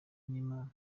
n’imana